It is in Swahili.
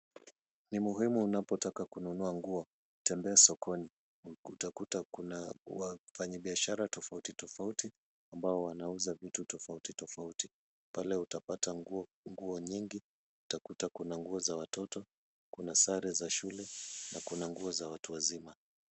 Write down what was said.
Ni muhimu unapotaka kununua nguo utembee sokoni, utakuta kuna wafanyibiashara tofauti tofauti ambao wanauza vitu tofauti tofauti, pale utapata nguo nyingi ,utakuta kuna nguo za watoto ,kuna sare za shule na kuna nguo za watu wazima.